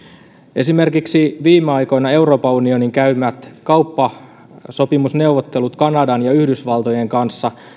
esimerkiksi viime aikoina euroopan unionin käymät kauppasopimusneuvottelut kanadan ja yhdysvaltojen kanssa